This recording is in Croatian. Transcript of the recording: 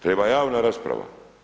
Treba javna rasprava.